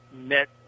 met